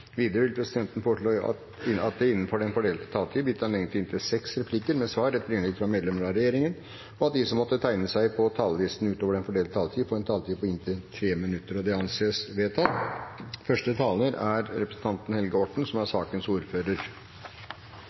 Videre vil presidenten foreslå at det – innenfor den fordelte taletid – blir gitt anledning til inntil fem replikker med svar etter innlegg fra medlemmer av regjeringen, og at de som måtte tegne seg på talerlisten utover den fordelte taletid, får en taletid på inntil 3 minutter. – Det anses vedtatt. Først takk for nok en legemiddelsak som